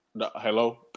hello